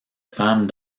femme